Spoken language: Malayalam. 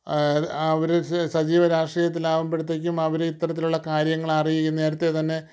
അവർ സജീവ രാഷ്ട്രീയത്തിൽ ആവുമ്പോഴേക്കും അവർ ഇത്തരത്തിലുള്ള കാര്യങ്ങൾ അറിയും നേരത്തെ തന്നെ